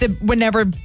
whenever